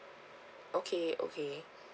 okay okay